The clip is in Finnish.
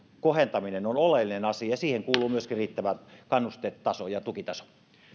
kohentaminen on oleellinen asia ja siihen kuuluu myöskin riittävä kannuste ja tukitaso